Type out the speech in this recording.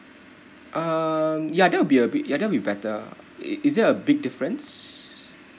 um ya there will be a bit ya that will be better is there a big difference